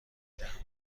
دهم